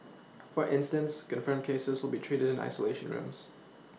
for instance confirmed cases will be treated in isolation rooms